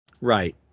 Right